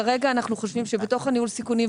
כרגע אנחנו חושבים שבתוך ניהול הסיכונים,